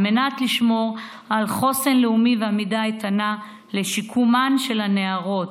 וכדי לשמור על חוסן לאומי ועמידה איתנה לשיקומן של הנערות,